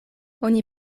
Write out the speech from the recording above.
oni